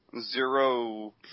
Zero